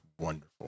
wonderful